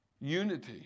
unity